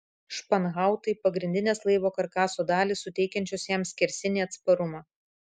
španhautai pagrindinės laivo karkaso dalys suteikiančios jam skersinį atsparumą